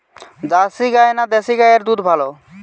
Jersey গাই না দেশী গাইয়ের দুধ ভালো?